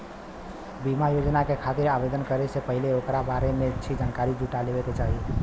बीमा योजना के खातिर आवेदन करे से पहिले ओकरा बारें में अच्छी जानकारी जुटा लेवे क चाही